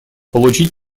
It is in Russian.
получить